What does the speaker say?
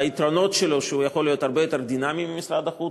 היתרונות שלו: הוא יכול להיות הרבה יותר דינמי ממשרד החוץ,